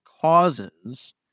causes